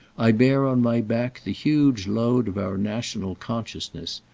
i bear on my back the huge load of our national consciousness,